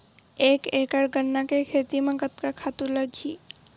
एक एकड़ गन्ना के खेती म कतका खातु लगही?